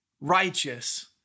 righteous